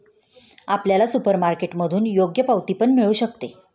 आपल्याला सुपरमार्केटमधून योग्य पावती पण मिळू शकते